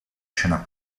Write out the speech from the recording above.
scena